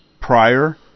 prior